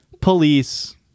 police